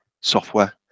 software